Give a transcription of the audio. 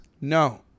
No